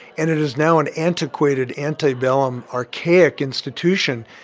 and it is now an antiquated, antebellum, archaic institution.